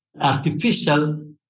artificial